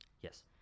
yes